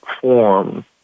form